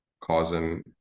causing